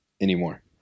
anymore